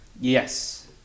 Yes